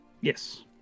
Yes